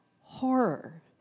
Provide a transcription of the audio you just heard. horror